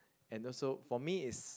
and also for me is